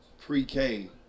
pre-K